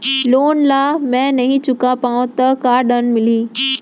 Loan ला मैं नही चुका पाहव त का दण्ड मिलही?